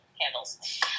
handles